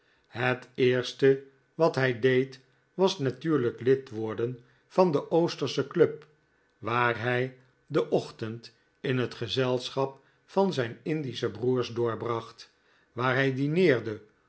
het eerste wat hij deed was natuurlijk lid worden van de oostersche club waar hij den ochtend in het gezelschap van zijn indische broers doorbracht waar hij dineerde